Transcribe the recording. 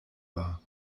war